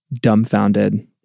dumbfounded